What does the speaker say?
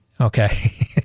Okay